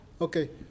Okay